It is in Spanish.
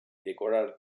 decorar